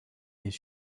his